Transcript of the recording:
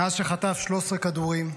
מאז שחטף 13 כדורים,